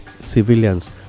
civilians